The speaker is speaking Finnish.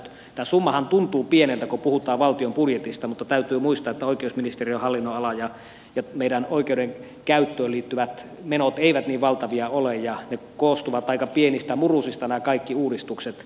tämä summahan tuntuu pieneltä kun puhutaan valtion budjetista mutta täytyy muistaa että oikeusministeriön hallinnonala ja meidän oikeudenkäyttöön liittyvät menot eivät niin valtavia ole ja nämä kaikki uudistukset koostuvat aika pienistä murusista